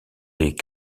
les